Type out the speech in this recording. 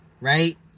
right